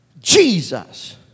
Jesus